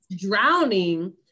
Drowning